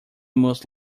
most